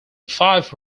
five